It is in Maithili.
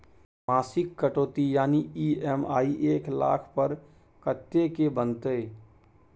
मासिक कटौती यानी ई.एम.आई एक लाख पर कत्ते के बनते?